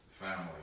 family